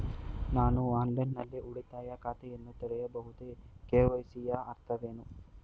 ನಾನು ಆನ್ಲೈನ್ ನಲ್ಲಿ ಉಳಿತಾಯ ಖಾತೆಯನ್ನು ತೆರೆಯಬಹುದೇ? ಕೆ.ವೈ.ಸಿ ಯ ಅರ್ಥವೇನು?